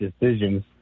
decisions